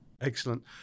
Excellent